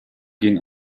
ging